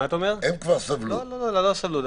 לא סבלו.